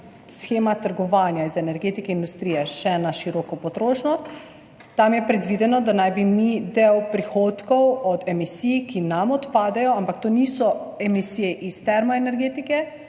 shema trgovanja z energetike, industrije še na široko potrošnjo, tam je predvideno, da naj bi mi del prihodkov od emisij, ki nam odpadejo, ampak to niso emisije iz termoenergetike,